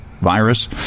virus